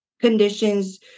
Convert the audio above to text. conditions